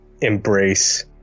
Embrace